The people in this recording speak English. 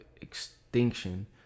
extinction